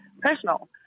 personal